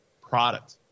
product